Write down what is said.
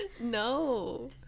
no